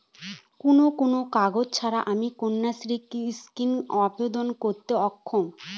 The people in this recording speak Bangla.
কোন কোন কাগজ ছাড়া আমি কন্যাশ্রী স্কিমে আবেদন করতে অক্ষম?